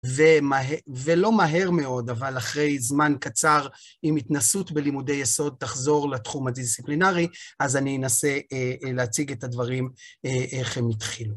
ולא מהר מאוד, אבל אחרי זמן קצר עם התנסות בלימודי יסוד תחזור לתחום הדיסציפלינרי, אז אני אנסה להציג את הדברים, איך הם התחילו.